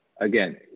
again